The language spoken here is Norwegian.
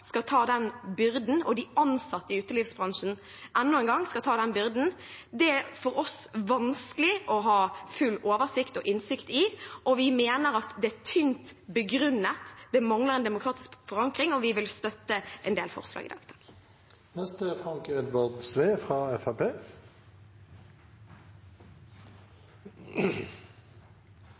skal ta den byrden, og at de ansatte i utelivsbransjen enda en gang skal ta den byrden, er for oss vanskelig å ha full oversikt over og innsikt i. Vi mener at det er tynt begrunnet, det mangler en demokratisk forankring, og vi vil støtte en del forslag